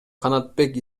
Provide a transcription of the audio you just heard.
канатбек